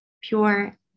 pure